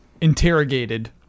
interrogated